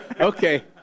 Okay